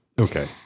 Okay